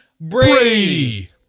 Brady